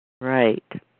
Right